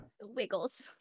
wiggles